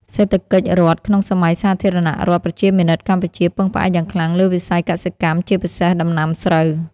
សេដ្ឋកិច្ចរដ្ឋក្នុងសម័យសាធារណរដ្ឋប្រជាមានិតកម្ពុជា ពឹងផ្អែកយ៉ាងខ្លាំងលើវិស័យកសិកម្ម ជាពិសេសដំណាំស្រូវ។